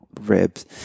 ribs